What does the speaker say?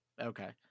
Okay